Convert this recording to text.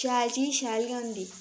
शैल चीज शैल गै होंदी